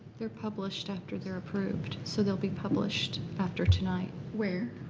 they're published after they're approved so they'll be published after tonight. where?